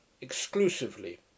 exclusively